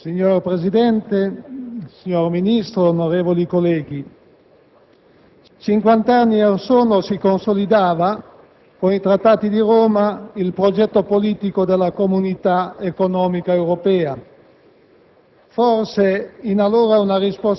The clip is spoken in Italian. Signor Presidente, signor Ministro, onorevoli colleghi, cinquant'anni or sono si consolidava, con i Trattati di Roma, il progetto politico della Comunità economica europea,